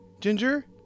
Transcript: Ginger